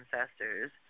ancestors